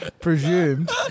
presumed